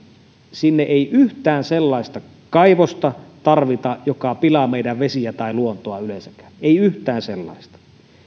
ei tarvita yhtään sellaista kaivosta joka pilaa meidän vesiä tai luontoa yleensäkään ei yhtään sellaista